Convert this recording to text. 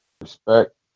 Respect